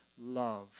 love